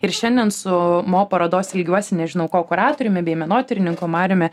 ir šiandien su mo parodos ilgiuosi nežinau ko kuratoriumi bei menotyrininku mariumi